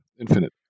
infinite